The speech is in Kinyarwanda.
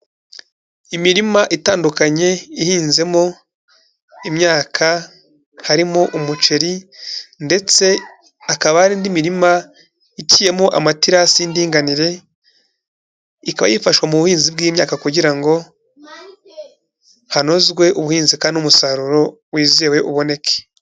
Imirima itandukanye ihinzemo imyaka harimo umuceri, ndetse hakaba hari indi mirima iciyemo amaterasi y'indinganire, ikaba yifashishwa mu buhinzi bw'imyaka kugira ngo hanozwe ubuhinzi kandi n'umusaruro wizewe uboneke.